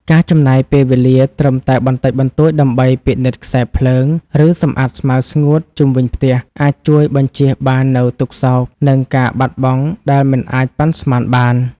ការចំណាយពេលវេលាត្រឹមតែបន្តិចបន្តួចដើម្បីពិនិត្យខ្សែភ្លើង ឬសម្អាតស្មៅស្ងួតជុំវិញផ្ទះ អាចជួយបញ្ជៀសបាននូវទុក្ខសោក និងការបាត់បង់ដែលមិនអាចប៉ាន់ស្មានបាន។